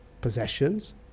Possessions